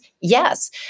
Yes